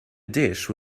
dish